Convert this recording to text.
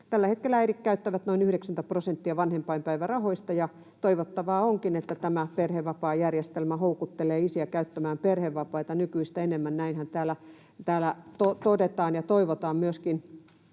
äidit käyttävät noin 90 prosenttia vanhempainpäivärahoista, ja toivottavaa onkin, että tämä perhevapaajärjestelmä houkuttelee isiä käyttämään perhevapaita nykyistä enemmän. Näinhän todetaan ja toivotaan myöskin